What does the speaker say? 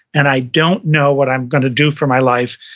and i don't know what i'm gonna do for my life.